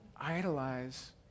idolize